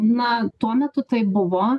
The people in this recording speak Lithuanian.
na tuo metu taip buvo